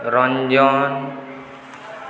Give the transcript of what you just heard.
Ranjan